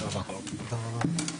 הישיבה ננעלה בשעה